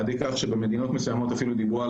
עד כדי כך שבמדינות מסוימות אפילו דיברו על